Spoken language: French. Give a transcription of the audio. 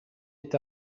est